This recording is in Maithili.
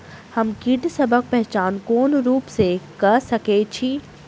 हम कीटसबक पहचान कोन रूप सँ क सके छी?